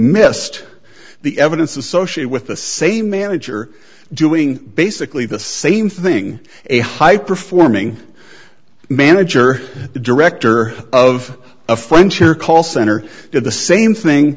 missed the evidence associate with the same manager doing basically the same thing a high performing manager the director of a french or call center did the same thing